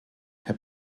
herr